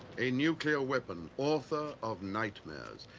a nuclear weapon, author of nightmares,